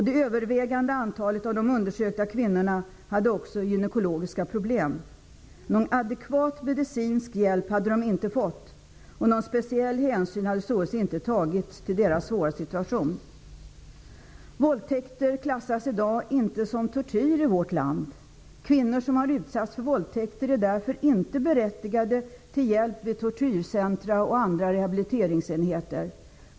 Det övervägande antalet av de undersökta kvinnorna hade också gynekologiska problem. Någon adekvat medicinsk hjälp hade de inte fått. Speciell hänsyn hade således inte tagits till deras svåra situation. Våldtäkter klassas i dag inte som tortyr i vårt land. Kvinnor som har utsatts för våldtäkter är därför inte berättigade till hjälp vid tortyrcentrum och andra rehabiliteringsenheter.